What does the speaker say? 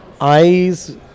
Eyes